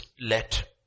let